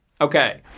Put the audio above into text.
Okay